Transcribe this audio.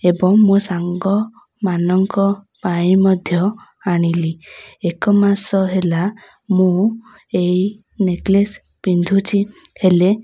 ଏବଂ ମୋ ସାଙ୍ଗମାନଙ୍କ ପାଇଁ ମଧ୍ୟ ଆଣିଲି ଏକ ମାସ ହେଲା ମୁଁ ଏଇ ନେକଲେସ୍ ପିନ୍ଧୁଛି ହେଲେ